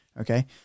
Okay